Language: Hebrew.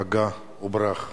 פגע וברח.